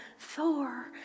Thor